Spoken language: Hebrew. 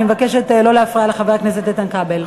אני מבקשת לא להפריע לחבר הכנסת איתן כבל.